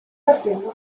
battendo